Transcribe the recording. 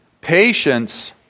Patience